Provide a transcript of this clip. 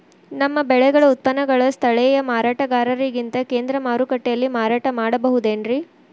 ನಮ್ಮ ಬೆಳೆಗಳ ಉತ್ಪನ್ನಗಳನ್ನ ಸ್ಥಳೇಯ ಮಾರಾಟಗಾರರಿಗಿಂತ ಕೇಂದ್ರ ಮಾರುಕಟ್ಟೆಯಲ್ಲಿ ಮಾರಾಟ ಮಾಡಬಹುದೇನ್ರಿ?